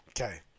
okay